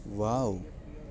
wow